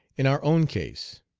in our own case.